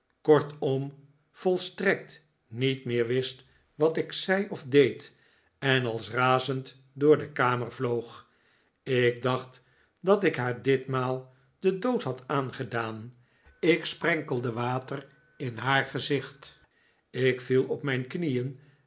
kortom volstrekt niet meer wist wat ik zei of deed en als razend door de kamer vloog ik dacht dat ik haar ditmaal den dood had aangedaan ik sprenkelde water in haar gezicht ik viel op mijn knieen